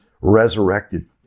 resurrected